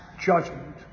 judgment